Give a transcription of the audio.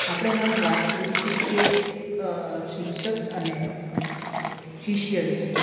આપણે હવે વાત કરવી છે કે શિક્ષક અને શિષ્ય વિશે